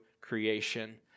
creation